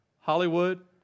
Hollywood